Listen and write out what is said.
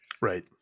Right